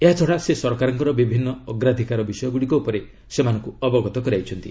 ଏହାଛଡ଼ା ସେ ସରକାରଙ୍କର ବିଭିନ୍ନ ଅଗ୍ରାଧିକାର ବିଷୟ ଗୁଡ଼ିକ ଉପରେ ସେମାନଙ୍କୁ ଅବଗତ କରାଇଛନ୍ତି